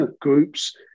groups